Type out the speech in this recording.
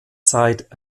zeit